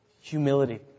humility